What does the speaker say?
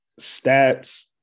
stats